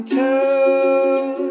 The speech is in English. tell